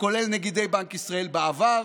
כולל נגידי בנק ישראל בעבר.